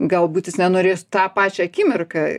galbūt jis nenorės tą pačią akimirką